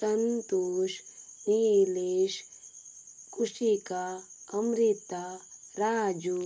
Santosh Nilesh Khushika Amrita Raju